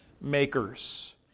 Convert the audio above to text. makers